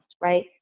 right